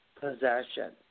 possession